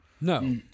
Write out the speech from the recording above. No